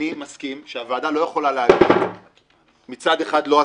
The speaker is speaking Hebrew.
אני מסכים שהוועדה לא יכולה להגיד מצד אחד לא הסדרה,